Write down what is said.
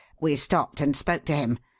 we stopped and spoke to him.